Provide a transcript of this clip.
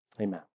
Amen